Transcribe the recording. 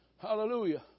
Hallelujah